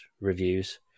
reviews